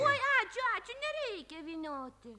oi ačiū ačiū nereikia vynioti